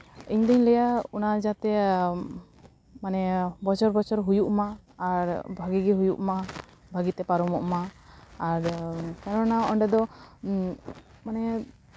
ᱤᱧ ᱫᱩᱧ ᱞᱟᱹᱭᱟ ᱚᱱᱟ ᱡᱟᱛᱮ ᱵᱚᱪᱷᱚᱨ ᱵᱚᱪᱷᱚᱨ ᱦᱩᱭᱩᱜ ᱢᱟ ᱟᱨ ᱵᱷᱟᱹᱜᱤ ᱜᱮ ᱦᱩᱭᱩᱜ ᱢᱟ ᱵᱷᱟᱹᱜᱤᱛᱮ ᱯᱟᱨᱚᱢᱚᱜ ᱢᱟ ᱟᱨ ᱠᱮᱱᱚᱱᱟ ᱚᱸᱰᱮ ᱫᱚ ᱢᱟᱱᱮ